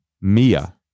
Mia